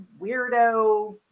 weirdo